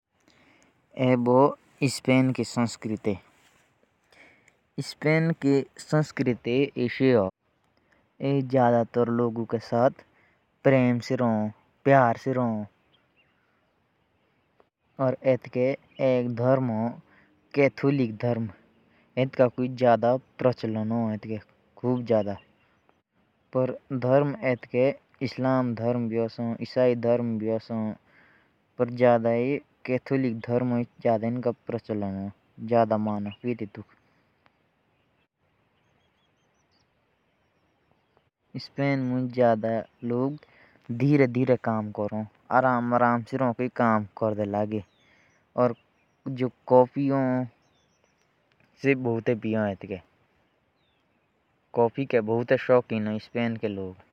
स्पेन की संस्कृति ऐसी है। यहाँ लोग के साथ प्यार से रहते हैं। और कैथोलिक धर्म यहाँ ज़्यादा मानते हैं। और काम आराम से करते हैं।